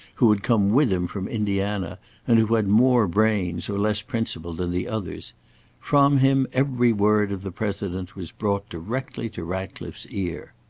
who had come with him from indiana and who had more brains or less principle than the others from him every word of the president was brought directly to ratcliffe's ear.